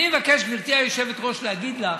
אני מבקש, גברתי היושבת-ראש, להגיד לך,